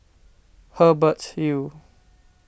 Hubert Hill